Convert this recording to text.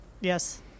yes